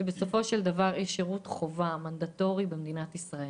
שבסופו של דבר יש שירות חובה במדינת ישראל.